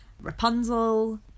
Rapunzel